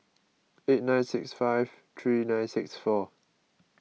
eight nine six five three nine six four